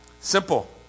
Simple